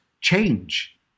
change